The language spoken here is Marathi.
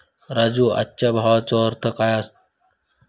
राजू, आजच्या भावाचो अर्थ काय असता?